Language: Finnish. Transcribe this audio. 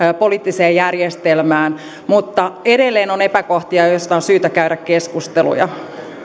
poliittiseen järjestelmään mutta edelleen on epäkohtia joista on syytä käydä keskusteluja